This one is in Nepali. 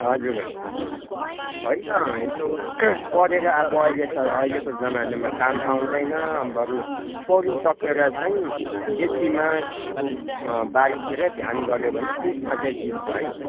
हजुर होइन यो पढेर अब अहिले यो जमानामा काम पाउँदैन बरु पढिसकेर चाहिँ सिटीमा यसो बारीतिर ध्यान गर्यो भने त्यसमा चाहिँ जित्छ है